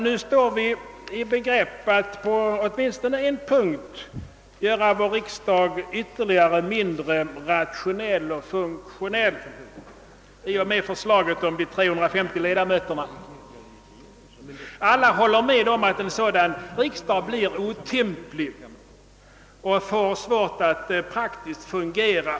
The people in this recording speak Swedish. Nu står vi i begrepp att åtminstone på en punkt göra vår riksdag mindre rationell och funktionell i och med förslaget om de 350 ledamöterna. Alla håller med om att en sådan riksdag skulle bli otymplig och få svårt att praktiskt fungera.